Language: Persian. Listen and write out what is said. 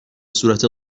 صورت